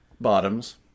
bottoms